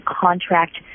contract